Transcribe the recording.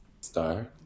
Star